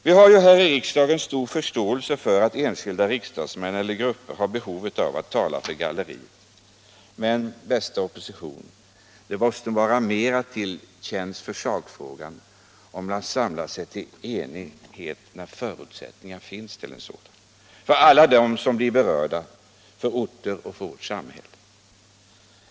Vi har här i riksdagen stor förståelse för att enskilda riksdagsmän eller grupper har behov av att tala för galleriet. Men, bästa opposition, det måste vara till större gagn för sakfrågan om man samlar sig till enighet när förutsättningar härför finns. Därmed tjänas bäst alla de enskilda och de orter som blir berörda — ja, hela vårt samhälle.